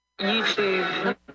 YouTube